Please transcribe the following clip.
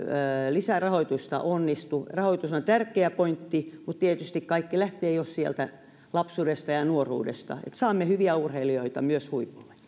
lisärahoitusta onnistu rahoitus on tärkeä pointti mutta tietysti kaikki lähtee jo sieltä lapsuudesta ja nuoruudesta että saamme hyviä urheilijoita myös huipulle